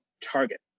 target